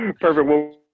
Perfect